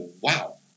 wow